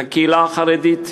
את הקהילה החרדית.